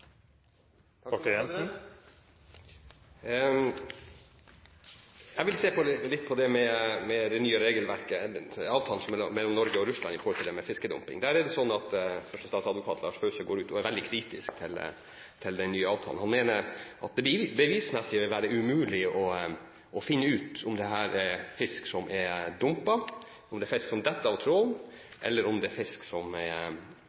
Jeg vil se litt på det nye regelverket, avtalen mellom Norge og Russland, når det gjelder det med fiskedumping. Førstestatsadvokaten Lars Fause går ut og er veldig kritisk til den nye avtalen. Han mener at det bevismessig vil være umulig å finne ut om dette er fisk som er dumpet, om det er fisk som faller ut av trålen, eller om det er fisk som er